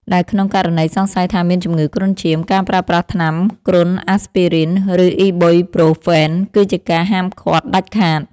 ដែលក្នុងករណីសង្ស័យថាមានជំងឺគ្រុនឈាម ការប្រើប្រាស់ថ្នាំក្រុមអាស្ពីរីន ឬអុីប៊ុយប្រូហ្វែន គឺជាការហាមឃាត់ដាច់ខាត។